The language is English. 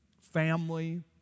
family